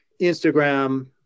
Instagram